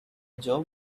job